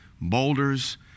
Boulders